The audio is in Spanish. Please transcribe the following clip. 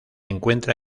encuentra